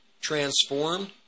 transformed